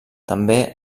també